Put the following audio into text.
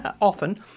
often